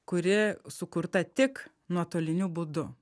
kuri sukurta tik nuotoliniu būdu